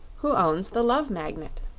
who owns the love magnet.